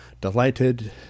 delighted